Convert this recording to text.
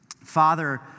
Father